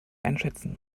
einschätzen